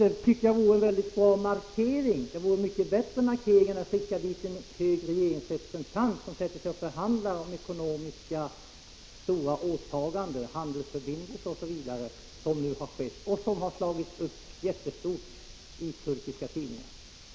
Jag tycker uttalandet vore en bra markering, en mycket bättre markering än att skicka en hög regeringsrepresentant till Europarådet som sätter sig ner och förhandlar om stora ekonomiska åtaganden, handelsförbindelser osv., vilket nu har skett. Det har slagits upp enormt stort i de turkiska tidningarna.